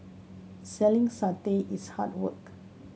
selling satay is hard work